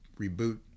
reboot